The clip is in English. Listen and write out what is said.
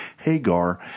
Hagar